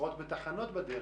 שעוצרות בדרך?